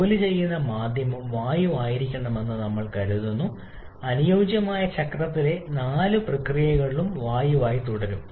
ജോലി ചെയ്യുന്ന മാധ്യമം വായുവായിരിക്കുമെന്ന് നമ്മൾ കരുതുന്നു അനുയോജ്യമായ ചക്രത്തിലെ നാല് പ്രക്രിയകളിലും വായുവായി തുടരും